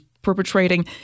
perpetrating